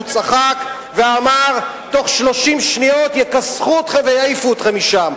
הוא צחק ואמר: תוך 30 שניות יכסחו אתכם ויעיפו אתכם משם.